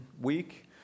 week